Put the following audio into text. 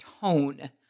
tone